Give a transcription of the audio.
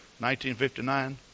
1959